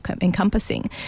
encompassing